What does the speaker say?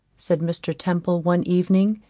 said mr. temple one evening,